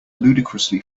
ludicrously